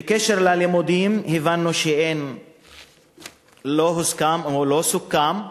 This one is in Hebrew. בקשר ללימודים, הבנו שלא הוסכם או לא סוכם,